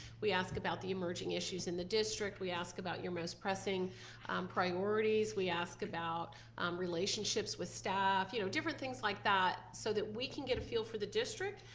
we ask about the emerging issues in the district, we ask about your most pressing priorities. we ask about relationships with staff, you know different things like that so that we can get a feel for the district.